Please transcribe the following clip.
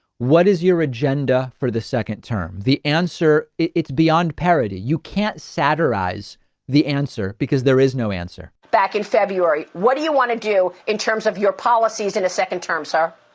what is your agenda for the second term? the answer? it's beyond parody. you can't satirize the answer because there is no answer. back in february. what do you want to do in terms of your policies in a second term, sir?